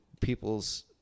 people's